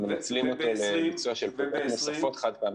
הם מנצלים אותם לביצוע פעולות נוספות חד פעמיות.